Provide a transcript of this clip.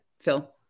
Phil